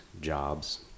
jobs